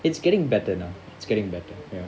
it's getting better now it's getting better ya